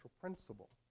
principle